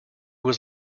was